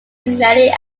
many